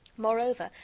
moreover,